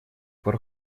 пор